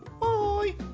bye